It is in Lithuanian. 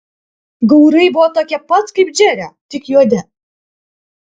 gaurai buvo tokie pat kaip džerio tik juodi